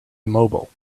immobile